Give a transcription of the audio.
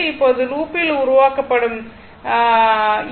இப்போது லூப்பில் உருவாக்கப்படும் e என்ற இந்த ஈ